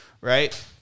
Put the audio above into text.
right